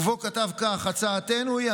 ובו כתב כך: הצעתנו היא,